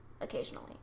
occasionally